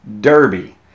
Derby